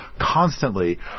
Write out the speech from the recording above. constantly